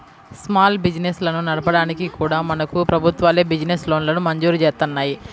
small బిజినెస్లను నడపడానికి కూడా మనకు ప్రభుత్వాలే బిజినెస్ లోన్లను మంజూరు జేత్తన్నాయి